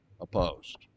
opposed